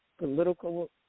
political